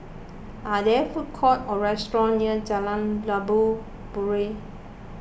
are there food courts or restaurants near Jalan Labu Puteh